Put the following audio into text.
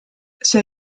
see